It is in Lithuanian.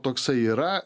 toksai yra